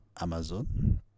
amazon